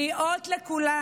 והוא אות לכולנו: